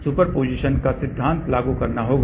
हमें सुपरपोजिशन का सिद्धांत लागू करना होगा